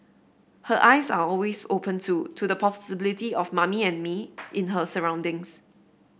her eyes are always open too to the possibility of mummy and me in her surroundings